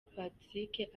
patrick